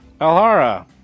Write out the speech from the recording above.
Alhara